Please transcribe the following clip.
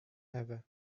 ewę